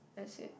that's it